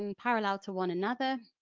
um parallel to one another,